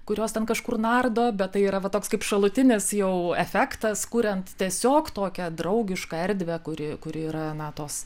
kurios ten kažkur nardo bet tai yra toks kaip šalutinis jau efektas kuriant tiesiog tokią draugišką erdvę kuri kuri yra na tos